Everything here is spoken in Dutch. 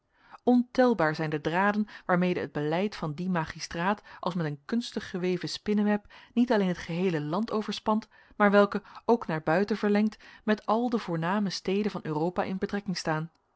ontelbaar zijn de draden waarmede het beleid van dien magistraat als met een kunstig geweven spinneweb niet alleen het geheele land overspant maar welke ook naar buiten verlengd met al de voorname steden van europa in betrekking staan